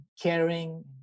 caring